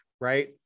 right